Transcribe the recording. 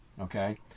Okay